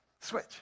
Switch